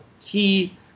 key